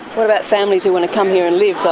what about families who want to come here and live,